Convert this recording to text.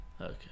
Okay